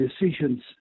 decisions